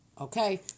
Okay